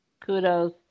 Kudos